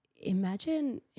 imagine